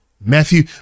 Matthew